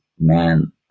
man